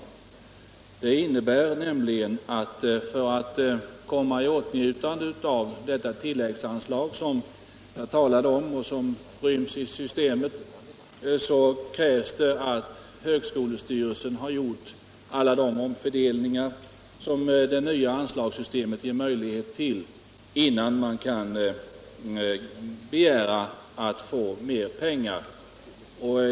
Förslaget innebär nämligen att för att komma i åtnjutande av detta tilläggsanslag, som jag talade om och som ryms i systemet, krävs det att högskolestyrelsen har gjort alla de omfördelningar som det nya anslagssystemet ger möjlighet till, innan man kan begära att få mer pengar.